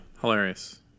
hilarious